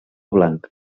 blanc